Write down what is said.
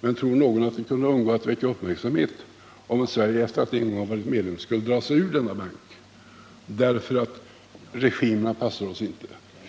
Men tror någon att det kunde undgå att väcka uppmärksamhet om Sverige efter att en gång ha varit medlem skulle dra sig ur denna bank därför att regimerna inte passar oss,